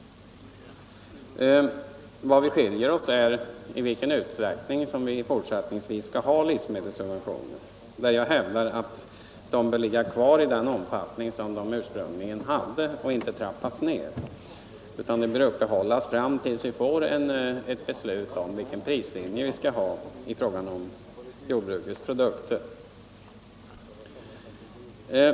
Vad vi skiljer oss i är i vilken utsträckning som vi fortsättningsvis skall ha livsmedelssubventioner. Där hävdar jag att de bör ligga kvar i den omfattning som de ursprungligen hade, inte trappas ner. De bör bibehållas till dess vi får ett beslut om vilken prislinje vi skall ha när det gäller jordbrukets produkter.